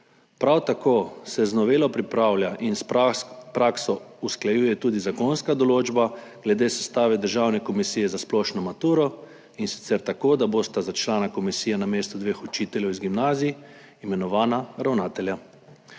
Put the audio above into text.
Prav tako se z novelo pripravlja in s prakso usklajuje tudi zakonska določba glede sestave državne komisije za splošno maturo, in sicer tako, da bosta za člana komisije namesto dveh učiteljev z gimnazij imenovana ravnatelja.